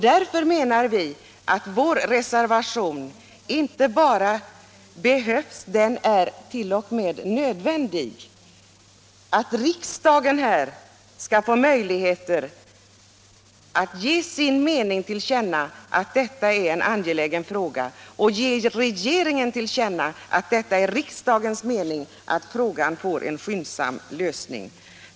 Därför menar vi att vår reservation inte bara behövs — den är nödvändig för att riksdagen skall få möjlighet att ge sin mening till känna att detta är en angelägen fråga och ge regeringen till känna att det är riksdagens mening att frågan bör få en skyndsam lösning.